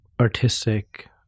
artistic